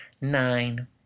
Nine